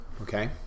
Okay